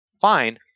fine